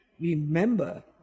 remember